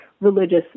religious